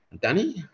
Danny